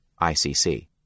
ICC